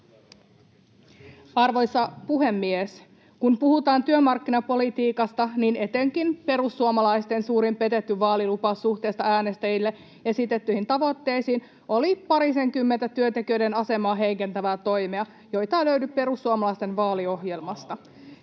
Arvoisa puhemies! Kun puhutaan työmarkkinapolitiikasta, niin etenkin perussuomalaisten suurin petetty vaalilupaus suhteessa äänestäjille esitettyihin tavoitteisiin olivat parisenkymmentä työntekijöiden asemaa heikentävää toimea, joita ei löydy perussuomalaisten vaaliohjelmasta.